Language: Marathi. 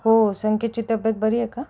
हो संकेतची तब्येत बरी आहे का